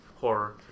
horror